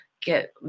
get